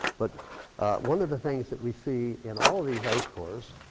but one of the things that we see in all these ice cores,